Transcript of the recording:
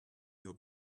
your